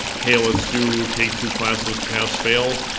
hey, let's do take two classes pass-fail,